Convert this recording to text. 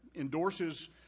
endorses